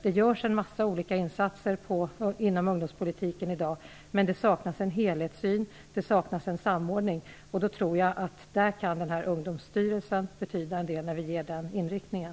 Det görs mängder av olika insatser inom ungdomspolitiken i dag, men det saknas en helhetssyn och samordning. Ungdomsstyrelsen kan betyda en del när den får den inriktningen.